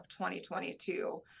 2022